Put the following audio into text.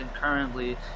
currently